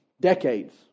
decades